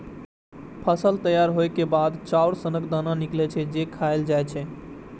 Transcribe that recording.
फसल तैयार होइ के बाद चाउर सनक दाना निकलै छै, जे खायल जाए छै